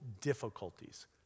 difficulties